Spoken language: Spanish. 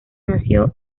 nació